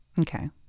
Okay